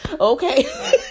Okay